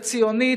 הציונית,